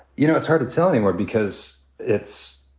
you know, it's hard to tell anymore because it's.